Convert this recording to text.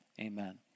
Amen